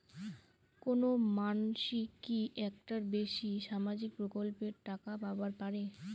কোনো মানসি কি একটার বেশি সামাজিক প্রকল্পের টাকা পাবার পারে?